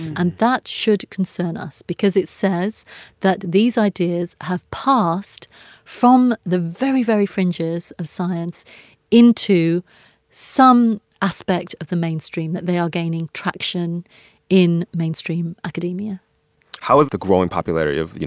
and that should concern us because it says that these ideas have passed from the very, very fringes of science into some aspect of the mainstream, that they are gaining traction in mainstream academia how is the growing popularity of, you